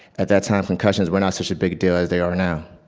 at that time, concussions were not such a big deal as they are now.